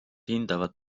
hindavad